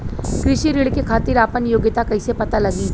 कृषि ऋण के खातिर आपन योग्यता कईसे पता लगी?